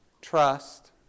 trust